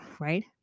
Right